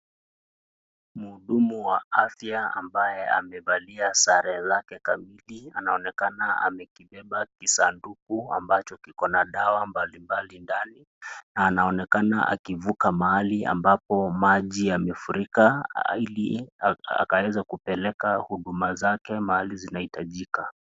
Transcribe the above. Mhudumu wa afya ambaye amevalia sare zake kamili anaonekana amekibeba kisanduku ambacho kiko na dawa mbalimbali ndani, na anaonekana akivuka mahali ambapo maji yamefurika ili akaweze kupeleka huduma zake mahali inapohitajika.